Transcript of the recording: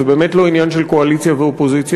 זה באמת לא עניין של קואליציה ואופוזיציה.